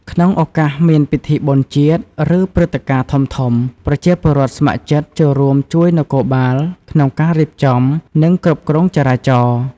ក្នុងឱកាសមានពិធីបុណ្យជាតិ ឬព្រឹត្តិការណ៍ធំៗ ប្រជាពលរដ្ឋស្ម័គ្រចិត្តចូលរួមជួយនគរបាលក្នុងការរៀបចំ និងគ្រប់គ្រងចរាចរណ៍។